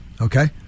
okay